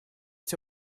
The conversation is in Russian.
все